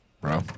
bro